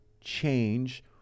change